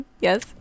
Yes